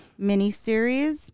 miniseries